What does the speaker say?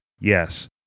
Yes